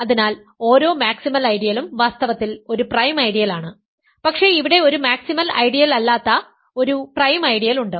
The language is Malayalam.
അതിനാൽ ഓരോ മാക്സിമൽ ഐഡിയലും വാസ്തവത്തിൽ ഒരു പ്രൈം ഐഡിയൽ ആണ് പക്ഷേ ഇവിടെ ഒരു മാക്സിമൽ ഐഡിയലല്ലാത്ത ഒരു പ്രൈം ഐഡിയൽ ഉണ്ട്